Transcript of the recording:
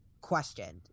questioned